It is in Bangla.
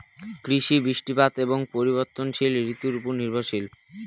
কৃষি বৃষ্টিপাত এবং পরিবর্তনশীল ঋতুর উপর নির্ভরশীল